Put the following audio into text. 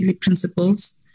principles